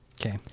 okay